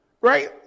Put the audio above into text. Right